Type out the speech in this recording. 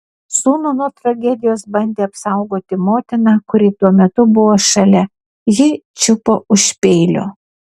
sūnų nuo tragedijos bandė apsaugoti motina kuri tuo metu buvo šalia ji čiupo už peilio